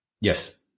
Yes